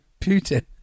Putin